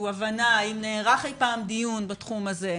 האם נערך אי פעם דיון בתחום הזה,